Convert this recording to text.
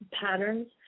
patterns